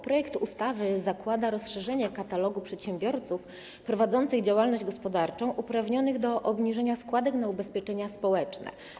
Projekt ustawy zakłada rozszerzenie katalogu przedsiębiorców prowadzących działalność gospodarczą uprawnionych do obniżenia składek na ubezpieczenia społeczne.